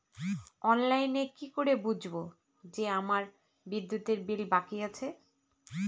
অনলাইনে কি করে বুঝবো যে আমার বিদ্যুতের বিল বাকি আছে?